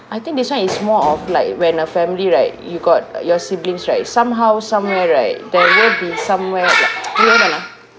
I think this [one] is more of like when a family right you got your siblings right somehow somewhere right there will be somewhere like you hold on ah